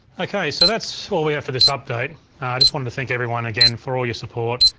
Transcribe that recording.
okay, so that's all we have for this update. i just wanted to thank everyone again for all your support.